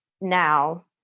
now